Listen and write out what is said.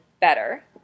better